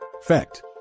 Fact